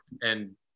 And-